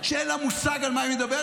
שאין לה מושג על מה היא מדברת,